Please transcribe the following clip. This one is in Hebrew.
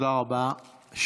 תודה רבה.